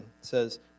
says